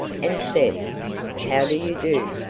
and said how do you do?